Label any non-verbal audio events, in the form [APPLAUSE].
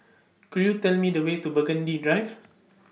[NOISE] Could YOU Tell Me The Way to Burgundy Drive